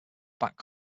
back